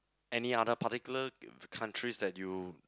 any other particular countries that you